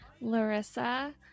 Larissa